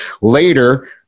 later